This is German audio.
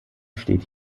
steht